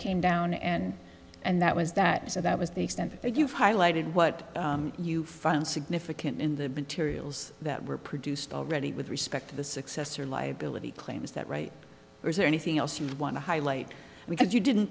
came down and and that was that so that was the extent that you highlighted what you found significant in the materials that were produced already with respect to the success or liability claim is that right or is there anything else you want to highlight we could you didn't